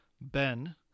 Ben